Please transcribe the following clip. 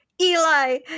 Eli